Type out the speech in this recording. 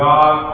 God